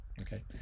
okay